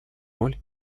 роль